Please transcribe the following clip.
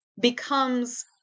becomes